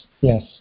yes